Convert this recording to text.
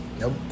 Nope